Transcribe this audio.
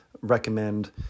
recommend